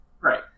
right